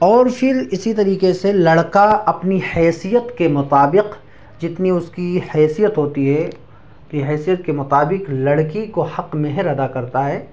اور پھر اسی طریقے سے لڑکا اپنی حیثیت کے مطابق جتنی اس کی حیثیت ہوتی ہے اپنی حیثیت کے مطابق لڑکی کو حق مہر ادا کرتا ہے